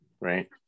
right